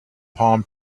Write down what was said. palm